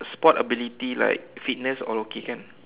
sports ability like fitness all okay kan